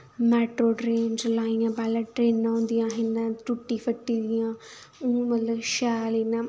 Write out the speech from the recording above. metro train चलाइयां पैह्लें ट्रेनां होंदियां हां इ'यां टुट्टी फट्टी दियां उनें मतलब शैल इ'यां